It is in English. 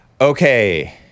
Okay